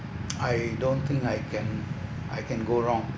I don't think I can I can go wrong